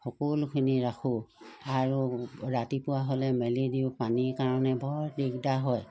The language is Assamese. সকলোখিনি ৰাখোঁ আৰু ৰাতিপুৱা হ'লে মেলি দিওঁ পানীৰ কাৰণে বৰ দিগদাৰ হয়